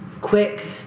Quick